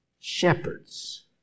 Shepherds